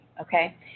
okay